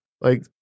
like-